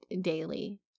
daily